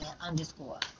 underscore